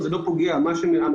זה בכלל לא פוגע בזכות החיסיון,